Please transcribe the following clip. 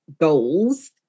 goals